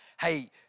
Hey